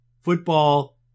Football